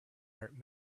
art